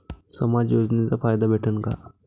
समाज योजनेचा फायदा भेटन का?